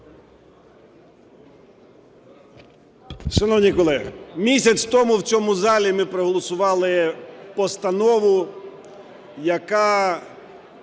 Шановні колеги, місяць тому в цьому залі ми проголосували постанову, яка